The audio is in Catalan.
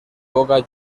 boca